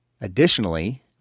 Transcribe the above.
Additionally